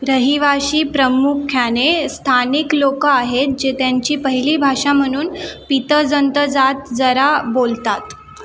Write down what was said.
रहिवासी प्रामुख्याने स्थानिक लोकं आहेत जे त्यांची पहिली भाषा म्हणून पितजंतजातजारा बोलतात